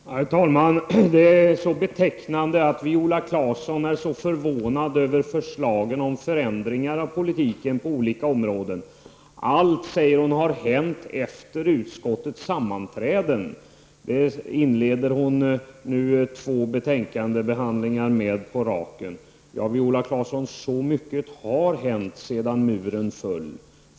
Herr talman! Det är betecknande att Viola Claesson är så förvånad över förslagen om förändringar av politiken på olika områden. Allt har hänt efter utskottets sammanträden, säger hon. Det har hon inlett två betänkandebehandlingar i följd med. Ja, Viola Claesson, så mycket har hänt sedan muren föll!